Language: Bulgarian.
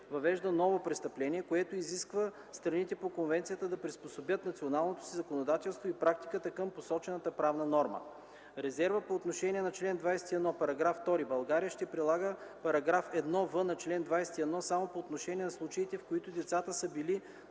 въвежда ново престъпление, което изисква страните по конвенцията да приспособят националното си законодателство и практика към посочената правна норма; - резерва по отношение на чл. 21, § 2 - България ще прилага параграф 1в на чл. 21 само по отношение на случаите, в които децата са били